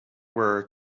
were